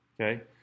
Okay